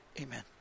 Amen